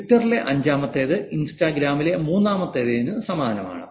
ട്വിറ്ററിലെ അഞ്ചാമത്തേത് ഇൻസ്റ്റാഗ്രാമിലെ മൂന്നാമത്തേതിന് സമാനമാണ്